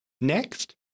Next